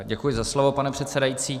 Děkuji za slovo, pane předsedající.